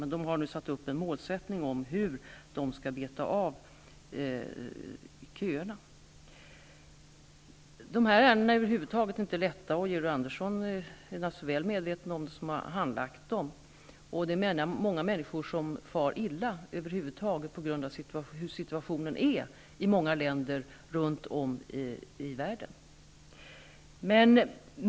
Men nämnden har nu satt upp en målsättning om hur den skall beta av köerna. Dessa ärenden är aldrig lätta. Och Georg Andersson, som har handlagt sådana ärenden, är naturligtvis väl medveten om det. Och många människor far illa på grund av hur situationen är i många länder runt om i världen.